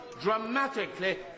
dramatically